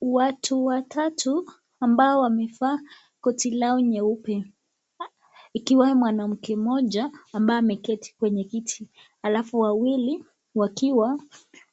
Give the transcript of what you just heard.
Watu watatu ambao wamevaa koti lao nyeupe, ikiwa mwanamke mmoja ambaye ameketi kwenye kiti ,alafu wawili wakiwa